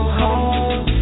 home